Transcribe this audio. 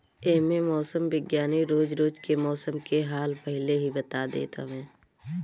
एमे मौसम विज्ञानी रोज रोज के मौसम के हाल पहिले ही बता देत हवे